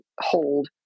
hold